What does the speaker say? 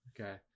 Okay